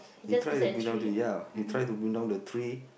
he try to bring down the ya he try to bring down the tree